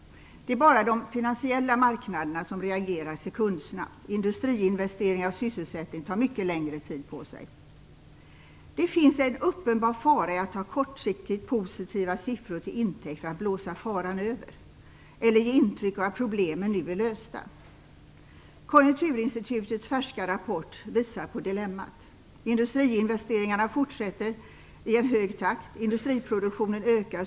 Det är bara de finansiella marknaderna som reagerar sekundsnabbt. Industriinvesteringar och sysselsättning tar mycket längre tid på sig. Det finns en uppenbar fara i att ta kortsiktigt positiva siffror till intäkt för att blåsa faran över eller ge intryck av att problemen nu är lösta. Konjunkturinstitutets färska rapport visar på dilemmat. Industriinvesteringarna fortsätter i en hög takt. Industriproduktionen ökar.